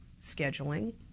scheduling